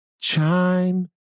chime